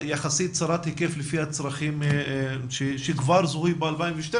יחסית צרת היקף לפי הצרכים שכבר זוהו ב-2012